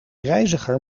reiziger